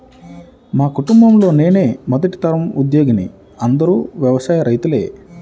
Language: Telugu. మా కుటుంబంలో నేనే మొదటి తరం ఉద్యోగిని అందరూ వ్యవసాయ రైతులే